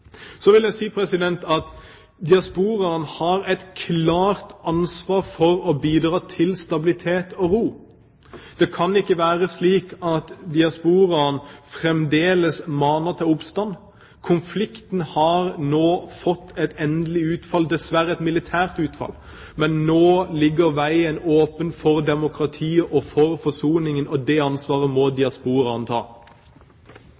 vil også si at diasporaen har et klart ansvar for å bidra til stabilitet og ro. Det kan ikke være slik at diasporaen fremdeles maner til oppstand. Konflikten har fått et endelig utfall – dessverre et militært utfall – men nå ligger veien åpen for demokratiet og for forsoningen, og det ansvaret må